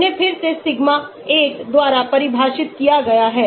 उन्हें फिर से सिग्मा 1 द्वारा परिभाषित किया गया है